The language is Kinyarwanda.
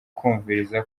kumviriza